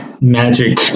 magic